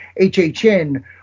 HHN